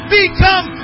become